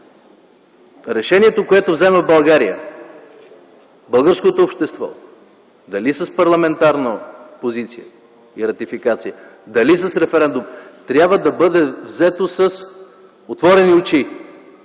Решението, което вземе България – българското общество, дали с парламентарна позиция с ратификация, дали с референдум, трябва да бъде взето с отворени очи,